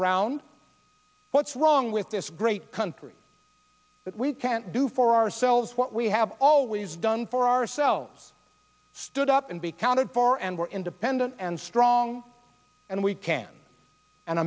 around what's wrong with this great country that we can't do for ourselves what we have always done for ourselves stood up and be counted for and we're independent and strong and we can and